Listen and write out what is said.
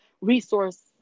resource